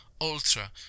Ultra